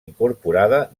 incorporada